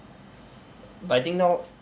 I think now